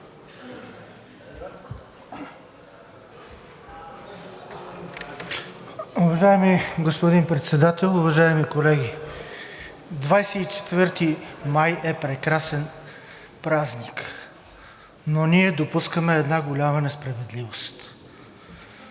Уважаеми господин Председател, уважаеми колеги! Двадесет и четвърти май е прекрасен празник, но ние допускаме една голяма несправедливост.